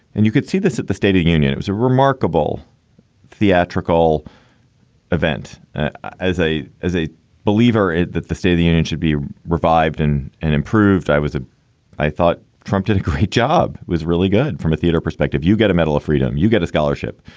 and you could see this at the state of union. it was a remarkable theatrical event as a as a believer that the state of the union should be revived and and improved. i was. i thought prompted a great job, was really good from a theater perspective. you get a medal of freedom, you get a scholarship,